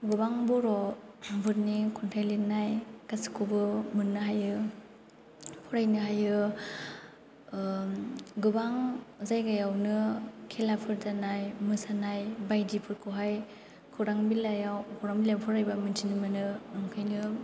गोबां बर'फोरनि खन्थाइ लिरनाय गासैखौबो मोननो हायो फरायनो हायो गोबां जायगायावनो खेलाफोर जानाय मोसानाय बायदिफोरखौहाय खौरां बिलाइयाव खौरां बिलाइ फरायबा मिन्थिनो मोनो ओंखायनो